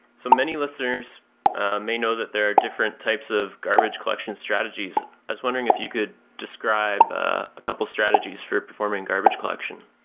so many listeners may know that there are different types of garbage collection strategies. i was wondering if you could describe a couple of strategies for performing garbage collection.